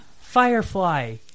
Firefly